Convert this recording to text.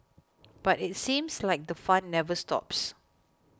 but it seems like the fun never stops